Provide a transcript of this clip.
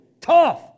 Tough